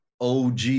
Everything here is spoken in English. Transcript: OG